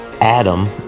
Adam